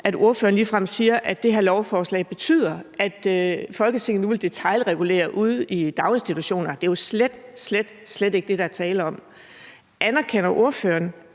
at ordføreren ligefrem siger, at det her lovforslag betyder, at Folketinget nu vil detailregulere ude i daginstitutionerne. Det er jo slet, slet ikke det, der er tale om. Anerkender ordføreren,